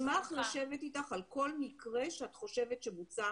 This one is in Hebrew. אני אשמח לשבת איתך על כול מקרה שאת חושבת שבוצע